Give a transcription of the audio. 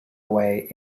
away